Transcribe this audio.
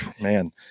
man